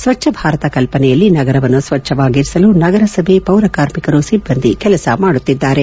ಸ್ವಚ್ಛ ಭಾರತ ಕಲ್ಪನೆಯಲ್ಲಿ ನಗರವನ್ನು ಸ್ವಚ್ಛವಾಗಿರಿಸಲು ನಗರಸಭೆ ಪೌರ ಕಾರ್ಮಿಕರು ಸಿಬ್ಬಂದಿ ಕೆಲಸ ಮಾಡುತ್ತಿದ್ದಾರೆ